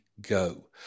go